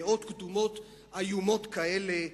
דעות קדומות איומות כאלה,